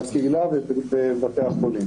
בקהילה ובבתי החולים.